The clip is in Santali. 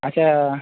ᱟᱪᱪᱷᱟ